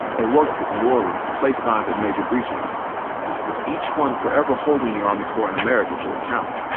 they worked with new orleans to place signs at major breaches with each one forever holding the army corps and america to account.